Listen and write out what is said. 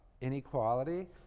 inequality